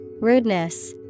Rudeness